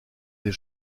des